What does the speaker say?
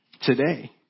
today